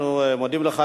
אנחנו מודים לך.